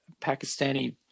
Pakistani